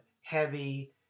heavy